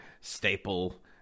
staple